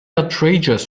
outrageous